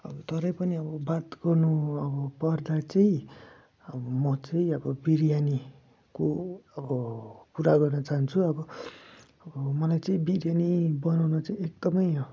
अब तरै पनि अब बात गर्नु अब पर्दा चाहिँ अब म चाहिँ अब बिर्यानीको अब कुरा गर्न चाहन्छु अब अब मलाई चाहिँ बिर्यानी बनाउन चाहिँ एकदमै